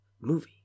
movie